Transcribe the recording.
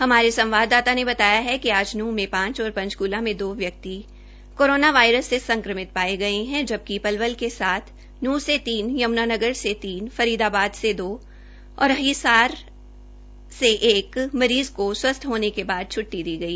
हमारे संवाददाता ने बताया कि आज नूहं में पांच और पंचकुला में दो व्यक्ति कोरोना वायरस से सक्रमित पाये गये जबकि पलवल के सात न्हूं से तीन यम्नानगर से तीन फरीदाबाद से दो और हिसार व सिरसा से एक एक और सिरसा में दो मरीज़ को स्वस्थ होने के बाद छ्ट्टी दी गई